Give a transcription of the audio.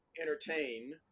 entertain